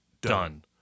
Done